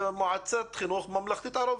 מועצת חינוך ממלכתית ערבית?